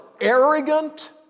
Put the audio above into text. arrogant